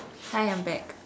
hi I'm back